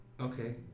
Okay